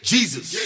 Jesus